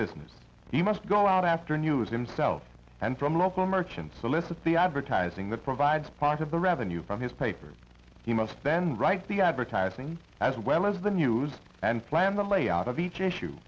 business he must go out after news themselves and from local merchants solicit the advertising that provides part of the revenue from his paper he must then write the advertising as well as the news and slam the layout of each issue